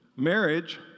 Marriage